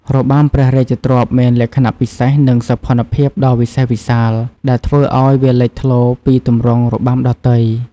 របាំព្រះរាជទ្រព្យមានលក្ខណៈពិសេស និងសោភ័ណភាពដ៏វិសេសវិសាល ដែលធ្វើឱ្យវាលេចធ្លោពីទម្រង់របាំដទៃ។